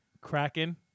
Kraken